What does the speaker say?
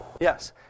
Yes